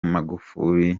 magufuli